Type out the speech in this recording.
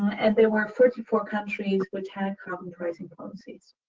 as there were forty four countries which had common pricing policies.